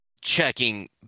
checking